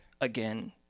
again